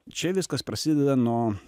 čia viskas prasideda nuo